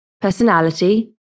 personality